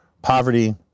poverty